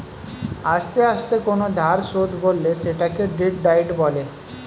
আস্তে আস্তে কোন ধার শোধ করলে সেটাকে ডেট ডায়েট বলে